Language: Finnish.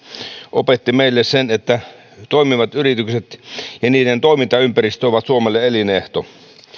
opetti meille sen että toimivat yritykset ja toimintaympäristö ovat suomelle elinehto